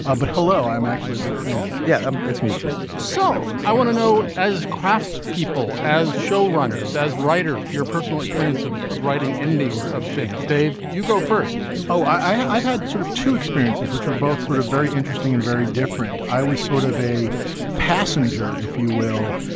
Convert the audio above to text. ah but hello. i'm actually a big fan. yeah. it's mutual so i want to know as crafts people, as showrunners, as writers. your personal experience of of writing endings of things, dave. you go first oh, i've had sort of two experiences which were both sort of very interesting and very different. i was sort of a passenger, if you will.